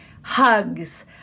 hugs